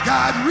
God